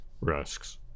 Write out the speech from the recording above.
risks